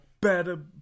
better